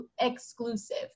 exclusive